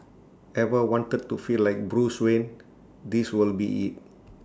ever wanted to feel like Bruce Wayne this will be IT